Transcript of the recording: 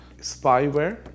spyware